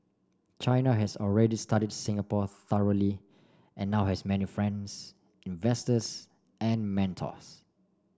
China has already studied Singapore thoroughly and now has many friends investors and mentors